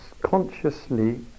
consciously